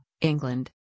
England